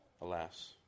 alas